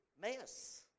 mess